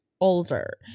older